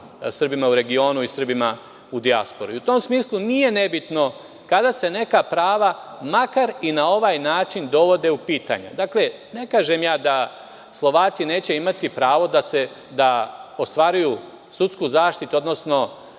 Srbima u regionu i Srbima u dijaspori.U tom smislu, nije nebitno kada se neka prava, makar i na ovaj način dovode u pitanje. Ne kažem da Slovaci neće imati pravo da ostvaruju sudsku zaštitu, odnosno